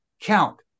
count